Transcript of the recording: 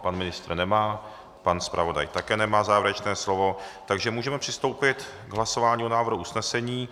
Pan ministr nemá, pan zpravodaj také ne, takže můžeme přistoupit k hlasování o návrhu usnesení.